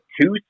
two